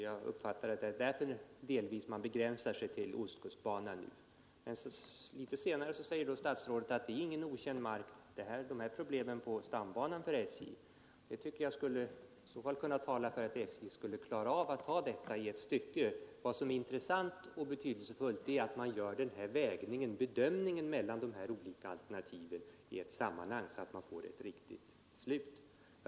Jag uppfattade det så, att det delvis är därför man begränsar sig till ostkustbanan. Litet senare sade statsrådet att problemen på stambanan inte är okända för SJ, och det tycker jag i så fall talar för att SJ skulle kunna klara av att ta detta på en gång. Intressant och betydelsefullt är att man gör avvägningen mellan de olika alternativen i ett sammanhang, så att man får en riktig bedömning av frågan.